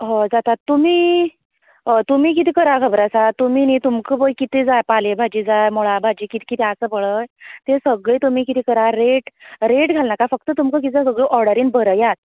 हय जाता तुमी हय तुमी कितें करा खबर आसा तुमी न्ही तूमकां पय कितें जाय पाले भाजी जाय मुळ्या भाजी जाय जे कितें कितें आसा पळय ते सगळे तुमी कितें करा रेट रेट घाल नाका फक्त तुमकां कितें जाय तें सगळे ऑर्डरीन बरयात